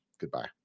Goodbye